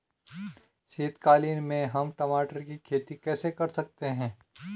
शीतकालीन में हम टमाटर की खेती कैसे कर सकते हैं?